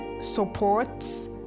supports